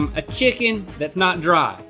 a chicken that's not dry.